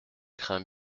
crains